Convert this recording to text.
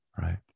right